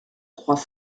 croix